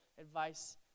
advice